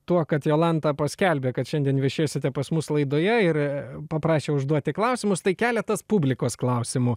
tuo kad jolanta paskelbė kad šiandien viešėsite pas mus laidoje ir paprašė užduoti klausimus tai keletas publikos klausimų